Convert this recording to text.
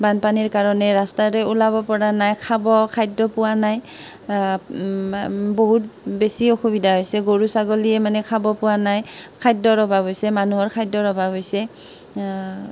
বানপানীৰ কাৰণে ৰাষ্টাৰে ওলাব পৰা নাই খাব খাদ্য পোৱা নাই বহুত বেছি অসুবিধা হৈছে গৰু ছাগলীয়ে মানে খাব পোৱা নাই খাদ্যৰ অভাৱ হৈছে মানুহৰ খাদ্যৰ অভাৱ হৈছে